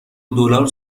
دلار